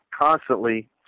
constantly